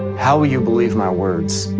how will you believe my words?